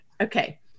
Okay